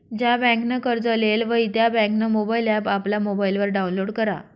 ज्या बँकनं कर्ज लेयेल व्हयी त्या बँकनं मोबाईल ॲप आपला मोबाईलवर डाऊनलोड करा